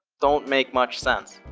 don't make much sense.